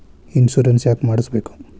Insurance ಯಾಕ್ ಮಾಡಿಸಬೇಕು?